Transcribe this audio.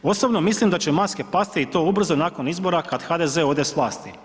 Osobno mislim da će maske pasti i to ubrzo nakon izbora kad HDZ ode s vlasti.